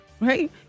right